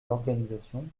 l’organisation